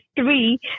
three